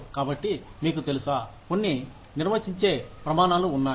కాబట్టి మీకు తెలుసా కొన్ని నిర్వచించే ప్రమాణాలు ఉన్నాయి